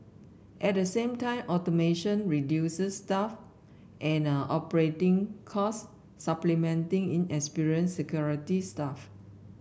at the same time automation reduces staff and operating costs supplementing inexperienced security staff